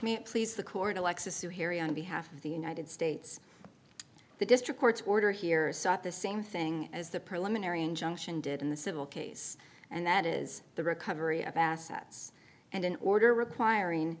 you please the court alexis to harry on behalf of the united states the district court's order here sought the same thing as the preliminary injunction did in the civil case and that is the recovery of assets and an order requiring